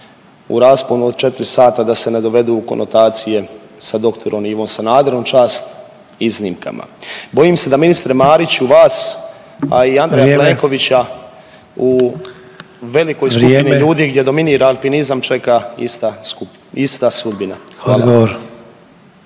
u rasponu o 4 sata da se ne dovedu u konotacije sa dr. Ivom Sanaderom, čast iznimkama. Bojim se da ministre Mariću vas, a i Andreja Plenkovića …/Upadica: Vrijeme./… u velikoj skupini ljudi …/Upadica: Vrijeme./… gdje dominira alpinizam čeka ista sudbina.